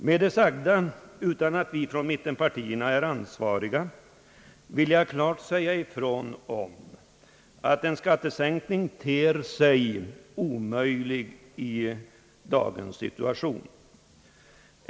Med det sagda — utan att vi från mittenpartierna är ansvariga — vill jag klart deklarera att en skattesänkning ter sig omöjlig i dagens situation.